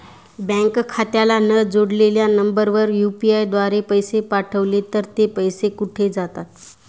Bank खात्याला न जोडलेल्या नंबरवर यु.पी.आय द्वारे पैसे पाठवले तर ते पैसे कुठे जातात?